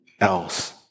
else